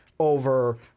Over